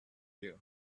you